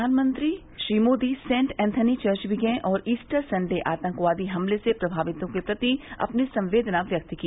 प्रधानमंत्री Modi saint Anthony church भी गये और ईस्टर संडे आतंकवादी हमले से प्रभावितों के प्रति अपनी संवेदना व्यक्त की